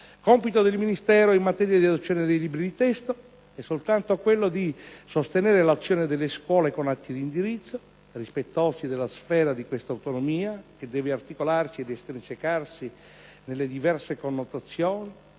Compito del Ministero in materia di adozione dei libri di testo è soltanto quello di sostenere l'azione delle scuole con atti di indirizzo, rispettosi della sfera di questa autonomia che deve articolarsi ed estrinsecarsi - nelle diverse connotazioni,